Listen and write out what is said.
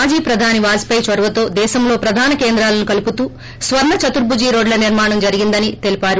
మాజీ ప్రధాని వాజ్పేయి చొరవతో దేశంలో ప్రధాన కేంద్రాలను కలుపుతూ స్వర్ణ చతుర్బుజి రోడ్ల నిర్మాణం జరిగిందని తెలిపారు